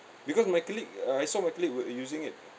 because my colleague uh I saw my colleague were using it